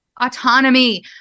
autonomy